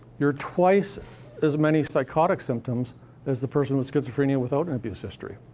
you're twice as many psychotic symptoms as the person with schizophrenia without an abuse history.